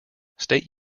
state